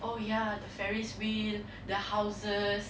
oh ya the ferris wheel the houses